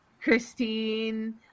Christine